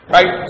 Right